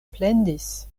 plendis